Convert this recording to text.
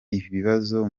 ibibazo